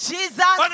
Jesus